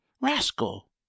Rascal